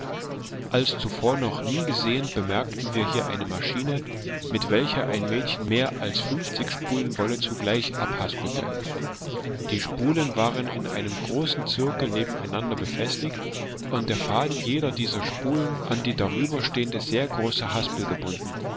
als zuvor noch nie gesehen bemerkten wir hier eine maschine mit welcher ein mädchen mehr als fünfzig spulen wolle zugleich abhaspelte die spulen waren in einem großen zirkel nebeneinander befestigt und der faden jeder dieser spulen an die darüber stehende sehr große haspel gebunden